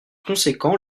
conséquent